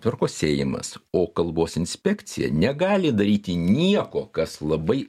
tvarko seimas o kalbos inspekcija negali daryti nieko kas labai